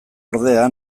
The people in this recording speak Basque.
ordea